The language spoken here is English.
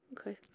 okay